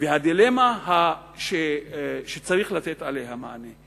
והדילמה שצריך לתת עליה מענה,